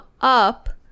up